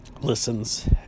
listens